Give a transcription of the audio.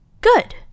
Good